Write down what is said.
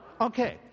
Okay